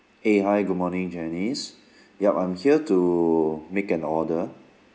eh hi good morning janice yup I'm here to make an order